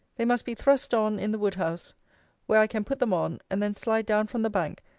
they must be thrust on in the wood-house where i can put them on and then slide down from the bank,